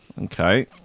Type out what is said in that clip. Okay